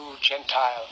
gentile